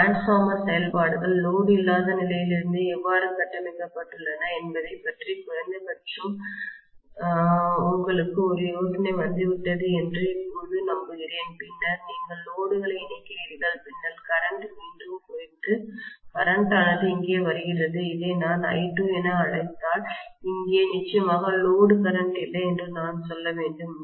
transformer செயல்பாடுகள் load இல்லாத நிலையிலிருந்தே எவ்வாறு கட்டமைக்கப்பட்டுள்ளன என்பதைப் பற்றி குறைந்தபட்சம் உங்களுக்கு ஒரு யோசனை வந்துவிட்டது என்று இப்போது நம்புகிறேன் பின்னர் நீங்கள் லோடுகளை இணைக்கிறீர்கள் பின்னர்கரண்ட் மீண்டும் குதித்து கரண்ட் ஆனது இங்கே வருகிறது இதை நான் I2 என அழைத்தால் இங்கே நிச்சயமாக லோடு கரண்ட் இல்லை என்று நான் சொல்ல வேண்டும்